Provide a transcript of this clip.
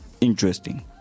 interesting